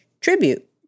Tribute